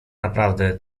naprawdę